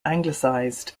anglicized